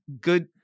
good